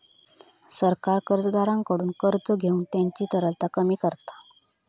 सरकार कर्जदाराकडसून कर्ज घेऊन त्यांची तरलता कमी करता